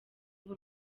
b’u